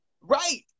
Right